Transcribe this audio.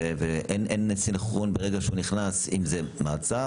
ואין סנכרון ברגע שהוא נכנס אם זה מעצר,